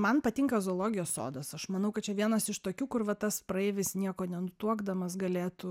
man patinka zoologijos sodas aš manau kad čia vienas iš tokių kur va tas praeivis nieko nenutuokdamas galėtų